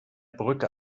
brücke